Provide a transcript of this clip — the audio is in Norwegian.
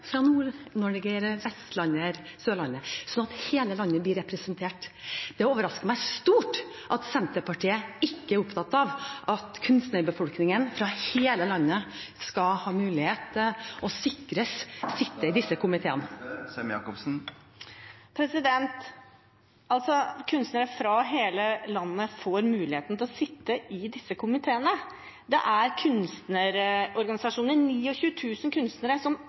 fra Nord-Norge, Vestlandet eller Sørlandet, sånn at hele landet blir representert? Det overrasker meg stort at Senterpartiet ikke er opptatt av at kunstnerbefolkningen i hele landet skal ha mulighet til, og sikres, å sitte i disse komiteene. Kunstnere fra hele landet får mulighet til å sitte i disse komiteene. Det er kunstnerorganisasjonene, 29 000 kunstnere, som